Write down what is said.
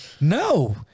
no